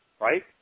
right